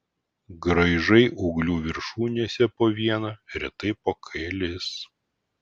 graižai ūglių viršūnėse po vieną retai po kelis